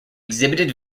exhibited